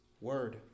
word